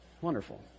Wonderful